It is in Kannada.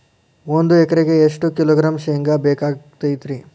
ಒಂದು ಎಕರೆಗೆ ಎಷ್ಟು ಕಿಲೋಗ್ರಾಂ ಶೇಂಗಾ ಬೇಕಾಗತೈತ್ರಿ?